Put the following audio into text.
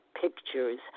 pictures